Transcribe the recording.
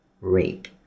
rape